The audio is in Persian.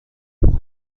حقوق